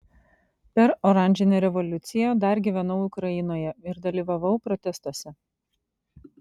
per oranžinę revoliuciją dar gyvenau ukrainoje ir dalyvavau protestuose